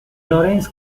lorenz